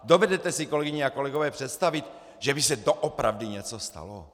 Dovedete si, kolegyně a kolegové, představit, že by se doopravdy něco stalo?